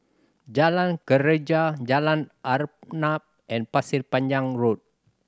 Jalan Greja Jalan Arnap and Pasir Panjang Road